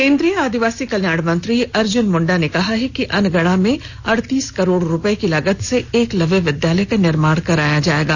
केंद्रीय आदिवासी कल्याण मंत्री अर्ज्न मुंडा ने कहा कि अनगड़ा में अड़तीस करोड़ रुपए की लागत से एकलव्य विद्यालय का निर्माण कराया जाएगा